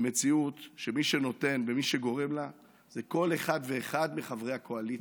היא מציאות שמי שנותן ומי שגורם לה זה כל אחד ואחד מחברי הקואליציה,